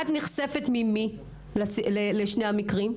ממי את נחשפת לשני המקרים?